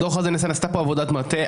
בדוח הזה נעשתה עבודת מטה.